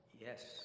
Yes